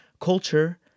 culture